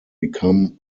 become